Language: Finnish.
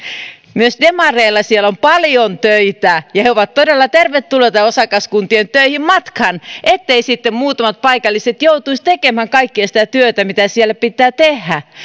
myös demareilla on siellä paljon töitä ja he ovat todella tervetulleita osakaskuntien töihin matkaan etteivät sitten muutamat paikalliset joutuisi tekemään kaikkea sitä työtä mitä siellä pitää tehdä